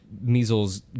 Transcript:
measles